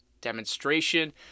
demonstration